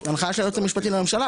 --- זה הנחיה של היועץ המשפטי לממשלה.